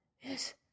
Yes